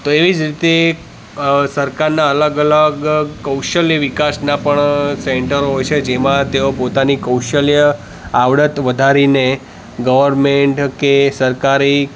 તો એવી જ રીતે અ સરકારના અલગ અલગ કૌશલ્ય વિકાસના પણ સેન્ટરો હોય છે જેમાં તેઓ પોતાની કૌશલ્ય આવડત વધારીને ગવર્મેન્ટ કે સરકારી